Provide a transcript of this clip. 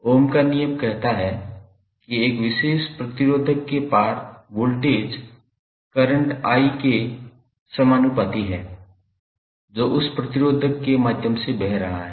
ओम का नियम कहता है कि एक विशेष प्रतिरोधक के पार वोल्टेज V करंट I के सीधे आनुपातिक है जो उस प्रतिरोधक के माध्यम से बह रहा है